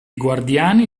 guardiani